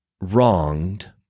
wronged